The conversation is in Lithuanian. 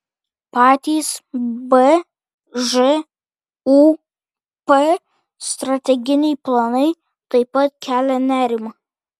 patys bžūp strateginiai planai taip pat kelia nerimą